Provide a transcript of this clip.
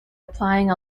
applying